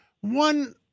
one